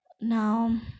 Now